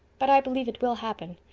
but i believe it will happen.